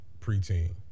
preteen